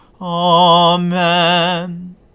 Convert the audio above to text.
Amen